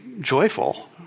joyful